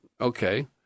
Okay